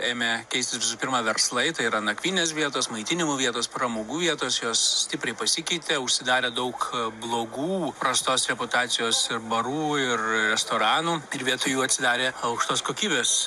ėmė keistis visų pirma verslai tai yra nakvynės vietos maitinimų vietos pramogų vietos jos stipriai pasikeitė užsidarė daug blogų prastos reputacijos ir barų ir restoranų ir vietoj jų atsidarė aukštos kokybės